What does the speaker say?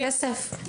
בגלל הכסף.